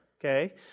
Okay